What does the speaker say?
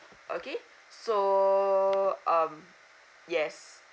okay so um yes